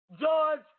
George